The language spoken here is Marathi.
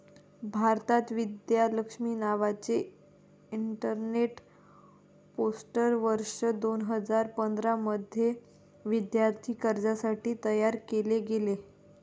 भारतात, विद्या लक्ष्मी नावाचे इंटरनेट पोर्टल वर्ष दोन हजार पंधरा मध्ये विद्यार्थी कर्जासाठी तयार केले गेले